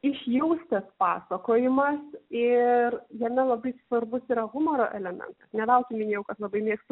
išjaustas pasakojimas ir jame labai svarbus yra humoro elementas ne veltui minėjau kad labai mėgstu